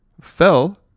fell